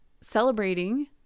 celebrating